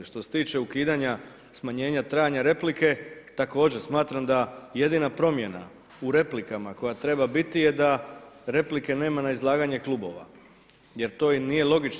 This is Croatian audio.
Što se tiče ukidanja smanjenja trajanja replike, također smatram da jedina promjena u replikama koja treba biti je da replike nema na izlaganje klubova jer to i nije logično.